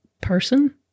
person